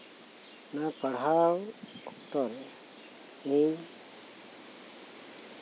ᱱᱚᱶᱟ ᱯᱟᱲᱦᱟᱣ ᱚᱠᱛᱚ ᱨᱮ ᱤᱧ